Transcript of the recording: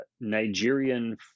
Nigerian